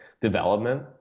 development